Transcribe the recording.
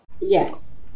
Yes